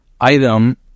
item